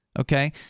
okay